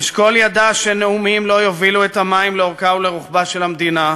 אשכול ידע שנאומים לא יובילו את המים לאורכה ולרוחבה של המדינה,